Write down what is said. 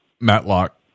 Matlock